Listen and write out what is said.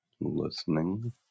listening